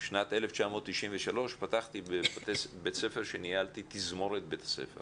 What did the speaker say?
שנת 1993 פתחתי בבית ספר שניהלתי תזמורת בית הספר